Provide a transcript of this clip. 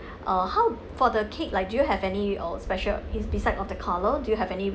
uh how for the cake like do you have any uh special is beside of the colour do you have any